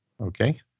Okay